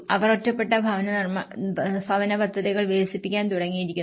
അവർ ഒറ്റപ്പെട്ട ഭവന പദ്ധതികൾ വികസിപ്പിക്കാൻ തുടങ്ങിയിരിക്കുന്നു